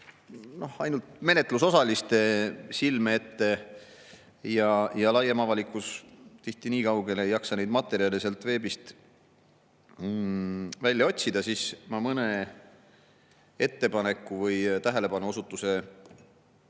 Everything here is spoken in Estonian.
ainult menetlusosaliste silme ette ja laiem avalikkus nii kaugelt ei jaksa neid materjale sealt veebist välja otsida, siis ma mõne ettepaneku või tähelepanuosutuse